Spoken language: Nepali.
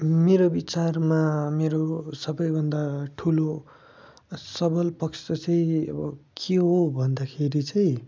मेरो विचारमा मेरो सपैभन्दा ठुलो सबल पक्ष चाहिँ अब के हो भन्दाखेरि चाहिँ